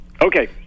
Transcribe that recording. Okay